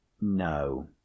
no